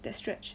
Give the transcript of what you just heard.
that stretch